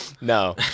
No